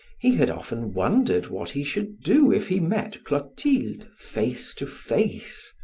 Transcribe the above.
he had often wondered what he should do if he met clotilde face to face.